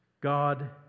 God